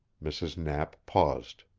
mrs. knapp paused.